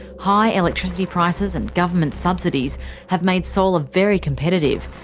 high electricity prices and government subsidies have made solar very competitive,